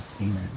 Amen